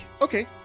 Okay